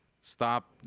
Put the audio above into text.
stop